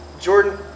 Jordan